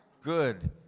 Good